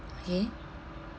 okay